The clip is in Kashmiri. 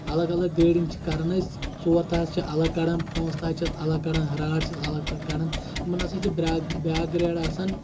الگ الگ گریڈنٛگ چھِ کران أسۍ ژور تَہہس چھِ الگ کڑان پانٛژھ تَہہ چھِ الگ کڑان أسۍ راڈ چھِس اَلگ کَڑان یِمن ہسا چھِ براکھ بیاکھ گریڈ آسان